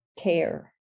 care